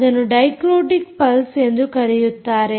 ಅದನ್ನು dicrotic pulse ಎಂದು ಕರೆಯುತ್ತಾರೆ